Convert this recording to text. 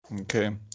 Okay